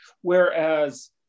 Whereas